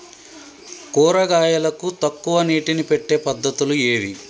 కూరగాయలకు తక్కువ నీటిని పెట్టే పద్దతులు ఏవి?